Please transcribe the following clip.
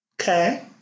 Okay